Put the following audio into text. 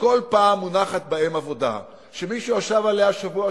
שכל פעם מונחת בהם עבודה שמישהו ישב עליה שבוע,